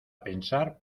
pensar